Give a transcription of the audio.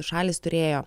šalys turėjo